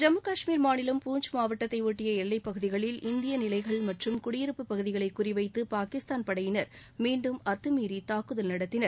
ஜம்மு காஷ்மீர் மாநிலம் பூஞ்ச் மாவட்டத்தை ஒட்டிய எல்லைப் பகுதிகளில் இந்திய நிலைகள் மற்றும் குடியிருப்பு பகுதிகளை குறிவைத்து பாகிஸ்தான் படையினர் மீண்டும் அத்துமீறி தாக்குதல் நடத்தின